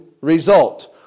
result